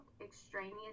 extraneous